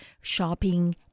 shopping